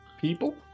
people